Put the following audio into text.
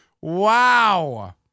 Wow